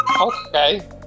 Okay